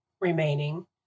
remaining